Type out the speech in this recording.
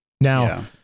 now